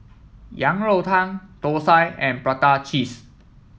Yang Rou Tang Thosai and Prata Cheese